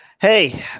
Hey